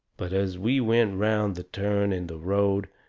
but as we went around the turn in the road